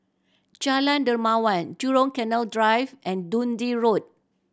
Jalan Dermawan Jurong Canal Drive and Dundee Road